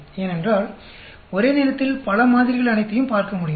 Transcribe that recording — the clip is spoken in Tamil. ஏனென்றால் ஒரே நேரத்தில் பல மாதிரிகள் அனைத்தையும் பார்க்க முடியும்